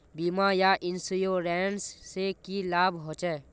बीमा या इंश्योरेंस से की लाभ होचे?